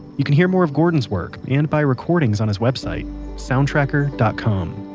you can hear more of gordon's work and buy recordings on his website sound tracker dot com.